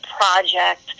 project